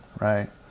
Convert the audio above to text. right